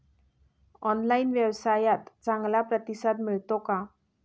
Online व्यवसायात चांगला प्रतिसाद मिळतो का?